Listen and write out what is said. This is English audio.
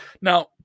Now